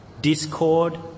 discord